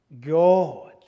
God